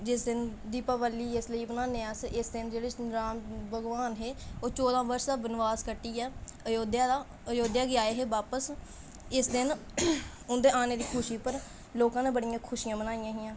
जिस दिन इस दिन दीपावली तां बनाने न की इस दिन श्रीराम भगवान हे ओह् चौदहां वर्ष दा वनवास कट्टियै अयोध्या गी आये हे बापस इस दिन उंदे आने दी खुशी च लोकें बड़ियां खुशियां बनाइयां हियां